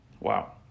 Wow